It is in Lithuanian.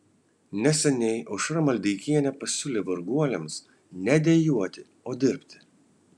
neseniai aušra maldeikienė pasiūlė varguoliams ne dejuoti o dirbti